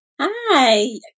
Hi